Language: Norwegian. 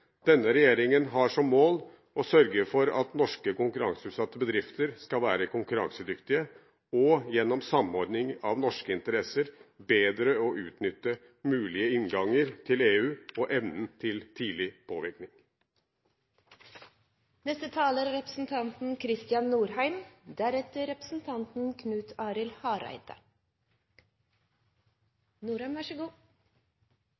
Denne regjeringen har som mål å sørge for at norske konkurranseutsatte bedrifter skal være konkurransedyktige, og gjennom samordning av norske interesser bedre utnytte mulige innganger til EU og evnen til tidlig påvirkning. Neste år feirer vi to viktige jubileer i Norge. Viktigst av alt er